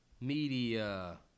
Media